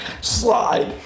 Slide